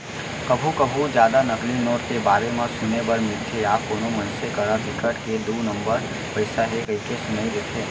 कभू कभू जादा नकली नोट के बारे म सुने बर मिलथे या कोनो मनसे करा बिकट के दू नंबर पइसा हे कहिके सुनई देथे